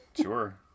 sure